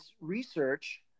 research